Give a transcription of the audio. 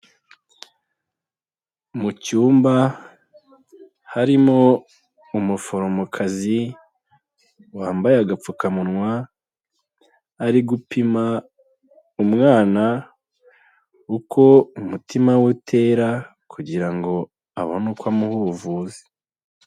Mu cyumba harimo umuforomokazi wambaye agapfukamunwa, ari gupima umwana uko umutima we utera kugira ngo abone uko amuha ubuvuzi.